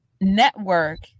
network